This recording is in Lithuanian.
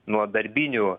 nuo darbinių